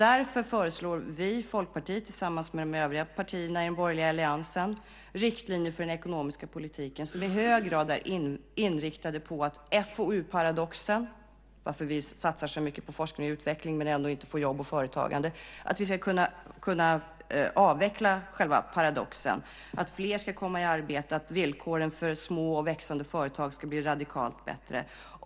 Därför föreslår vi i Folkpartiet tillsammans med de övriga partierna i den borgerliga alliansen riktlinjer för den ekonomiska politiken som i hög grad är inriktade på FoU-paradoxen. Vi satsar så mycket på forskning och utveckling men får ändå inte jobb och företagande. Vi ska kunna avveckla själva paradoxen. Fler ska komma i arbete. Villkoren för små och växande företag ska bli radikalt bättre.